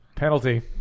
Penalty